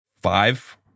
Five